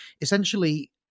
essentially